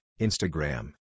Instagram